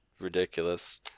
ridiculous